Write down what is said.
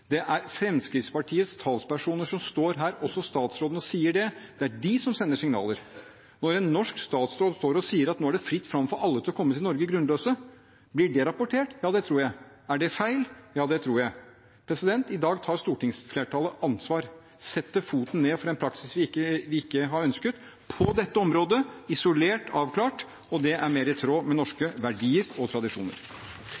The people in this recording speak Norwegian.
Det er Fremskrittspartiets talspersoner som står her, også statsråden, og sier det. Det er de som sender signaler. Når en norsk statsråd står og sier at nå er det fritt fram for alle grunnløse å komme til Norge, blir det rapportert? Ja, det tror jeg. Er det feil? Ja, det tror jeg. I dag tar stortingsflertallet ansvar, setter foten ned for en praksis vi ikke har ønsket – på dette området, isolert, avklart, og det er mer i tråd med